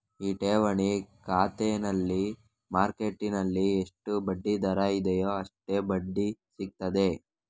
ಈ ಠೇವಣಿ ಖಾತೆನಲ್ಲಿ ಮಾರ್ಕೆಟ್ಟಿನಲ್ಲಿ ಎಷ್ಟು ಬಡ್ಡಿ ದರ ಇದೆಯೋ ಅಷ್ಟೇ ಬಡ್ಡಿ ಸಿಗ್ತದೆ